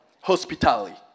Hospitality